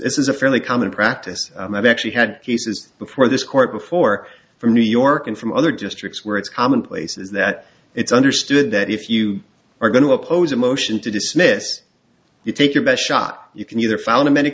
is a fairly common practice and i've actually had cases before this court before from new york and from other districts where it's commonplace is that it's understood that if you are going to oppose a motion to dismiss you take your best shot you can either found